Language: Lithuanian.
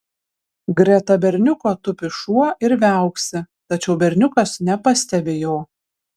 greta berniuko tupi šuo ir viauksi tačiau berniukas nepastebi jo